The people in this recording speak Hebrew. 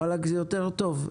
זה יותר טוב.